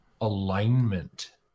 Alignment